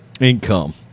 income